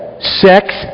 Sex